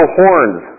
horns